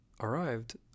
arrived